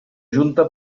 junta